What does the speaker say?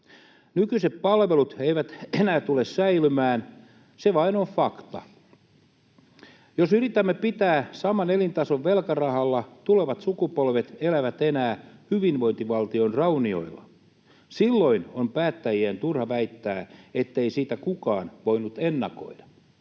Nykyiset palvelut eivät enää tule säilymään, se vain on fakta. Jos yritämme pitää saman elintason velkarahalla, tulevat sukupolvet elävät enää hyvinvointivaltion raunioilla. Silloin on päättäjien turha väittää, ettei sitä kukaan voinut ennakoida.